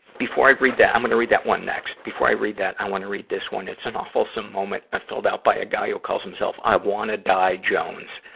before i read that, i'm gonna read that one next. before i read that, i wanna read this one. it's an awfulsome moment filled out by a guy who calls himself i wanna die jones.